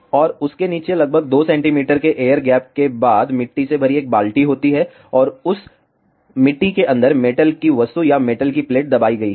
और उसके नीचे लगभग 2 सेंटीमीटर के एयर गैप के बाद मिट्टी से भरी एक बाल्टी होती है और उस मिट्टी के अंदर मेटल की वस्तु या मेटल की प्लेट दबाई गई है